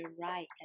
right